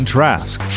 Trask